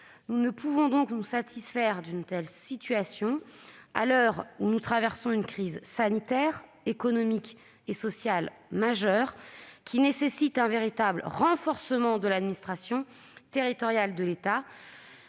Nous ne pouvons donc nous satisfaire d'une telle situation à l'heure où nous traversons une crise sanitaire, économique et sociale majeure, qui nécessite un véritable renforcement de l'administration territoriale de l'État.